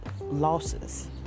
losses